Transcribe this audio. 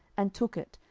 and took it,